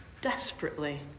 desperately